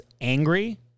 angry